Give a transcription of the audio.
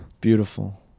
Beautiful